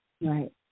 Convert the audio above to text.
right